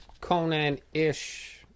Conan-ish